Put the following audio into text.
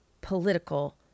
political